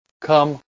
come